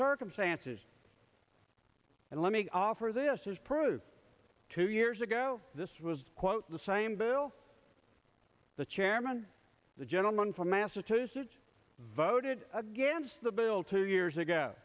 circumstances and let me offer this as proof two years ago this was quote the same bill the chairman the gentleman from massachusetts voted against the bill two years ago